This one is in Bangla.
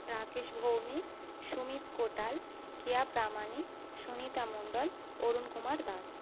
রাকেশ ভৌমিক সুমিত কোটাল কেয়া প্রামাণিক সুনিতা মণ্ডল অরুণ কুমার দাস